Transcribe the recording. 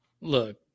Look